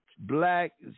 Black